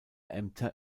ämter